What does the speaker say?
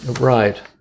Right